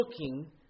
looking